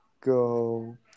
go